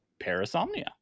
parasomnia